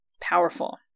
powerful